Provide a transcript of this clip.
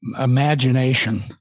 imagination